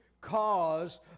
cause